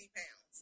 pounds